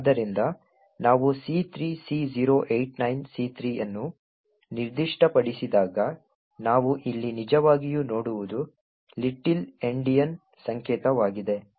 ಆದ್ದರಿಂದ ನಾವು C3C089C3 ಅನ್ನು ನಿರ್ದಿಷ್ಟಪಡಿಸಿದಾಗ ನಾವು ಇಲ್ಲಿ ನಿಜವಾಗಿಯೂ ನೋಡುವುದು ಲಿಟಲ್ ಎಂಡಿಯನ್ ಸಂಕೇತವಾಗಿದೆ